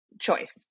choice